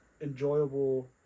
enjoyable